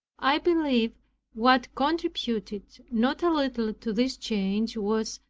i believe what contributed not a little to this change was,